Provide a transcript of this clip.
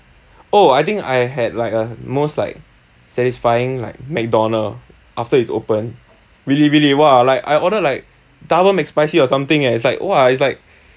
oh I think I had like a most like satisfying like mcdonald after it's open really really !wah! like I ordered like double mac spicy or something eh it's like !wah! it's like